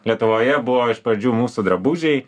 lietuvoje buvo iš pradžių mūsų drabužiai